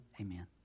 Amen